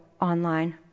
online